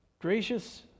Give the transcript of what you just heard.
Gracious